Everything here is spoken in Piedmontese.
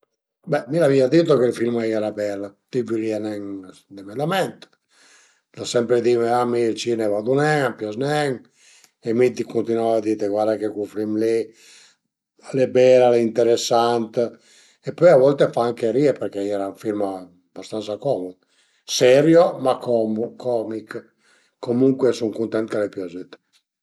Be mi l'avìu ditlu ch'ël film al era bel, ti vulìa nen deme dament, l'a sempre dime a mi ël cinema, vadu nen, a m'pias nen e mi ti cuntinuavu a dite guarda che cul film li al e bel al e interesant e pöi a volte a fa anche rie perché al era ün film bastansa comich, serio, ma comich, comuncue sun cuntent ch'al e piazüte